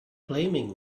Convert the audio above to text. blaming